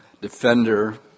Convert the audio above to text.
defender